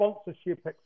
sponsorship